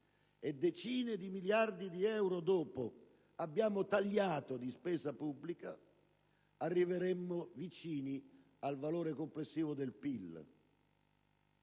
e decine di miliardi di euro dopo abbiamo tagliato di spesa pubblica, arriveremmo vicini al valore del PIL.